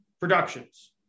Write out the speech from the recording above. Productions